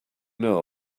know